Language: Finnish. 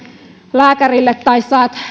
lääkärille tai saat